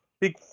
big